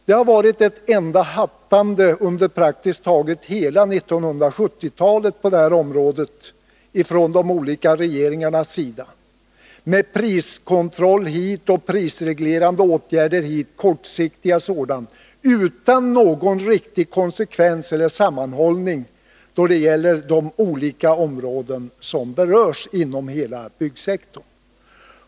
Det har varit ett enda hattande på det här området under praktiskt taget hela 1970-talet ifrån de olika regeringarnas sida, med priskontroll hit och prisreglerande åtgärder dit, allt kortsiktigt utan någon riktig konsekvens eller sammanhållning då det gäller de olika områden som berörs inom hela byggsektorn.